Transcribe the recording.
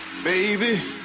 Baby